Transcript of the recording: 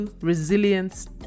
Resilience